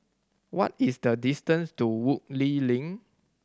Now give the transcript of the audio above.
what is the distance to Woodleigh Link